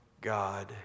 God